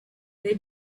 they